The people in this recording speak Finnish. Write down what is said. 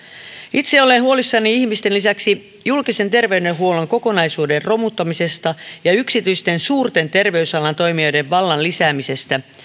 itse olen huolissani ihmisten lisäksi julkisen terveydenhuollon kokonaisuuden romuttamisesta ja suurten yksityisten terveysalan toimijoiden vallan lisäämisestä